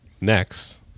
next